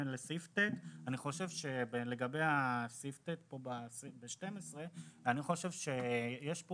לתקנת משנה (ט) בתקנה 12, אני חושב שיש פה